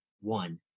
one